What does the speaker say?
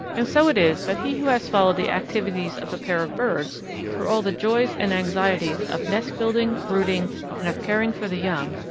and so it is that he who has followed the activities of a pair of birds through all the joys and anxieties of nest building, brooding, and of caring for the young,